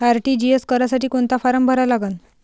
RTGS करासाठी कोंता form भरा लागन?